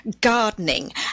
gardening